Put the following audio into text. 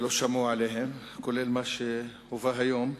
ולא שמעו עליהן, בכלל זה מה שהובא היום.